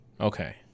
Okay